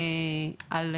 הוא